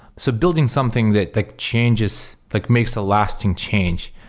so building something that that changes, like makes a lasting change,